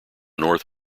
north